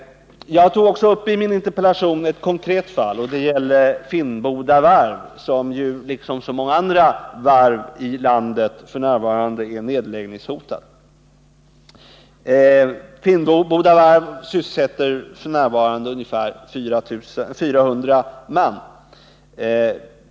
I min interpellation tog jag upp ett konkret fall, nämligen Finnboda varv som ju liksom så många andra varv i landet f. n. är nedläggningshotat. Finnboda varv sysselsätter ungefär 400 man.